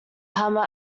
hammer